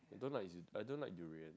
I don't like I don't like durians